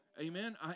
Amen